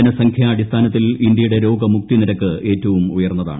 ജനസംഖ്യാടിസ്ഥാനത്തിൽ ഇന്ത്യയുടെ രോഗമുക്തി നിരക്ക് ഏറ്റവും ഉയർന്നതാണ്